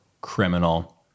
Criminal